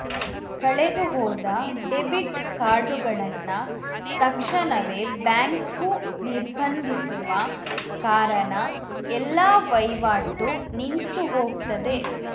ಕಳೆದು ಹೋದ ಡೆಬಿಟ್ ಕಾರ್ಡುಗಳನ್ನ ತಕ್ಷಣವೇ ಬ್ಯಾಂಕು ನಿರ್ಬಂಧಿಸುವ ಕಾರಣ ಎಲ್ಲ ವೈವಾಟು ನಿಂತು ಹೋಗ್ತದೆ